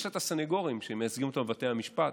יש לה סנגורים שמייצגים אותה בבתי המשפט,